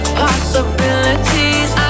possibilities